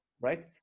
right